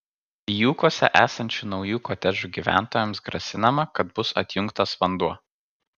vijūkuose esančių naujų kotedžų gyventojams grasinama kad bus atjungtas vanduo